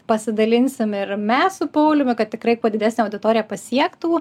pasidalinsim ir mes su pauliumi kad tikrai kuo didesnę auditoriją pasiektų